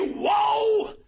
whoa